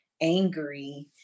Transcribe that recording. angry